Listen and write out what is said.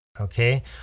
Okay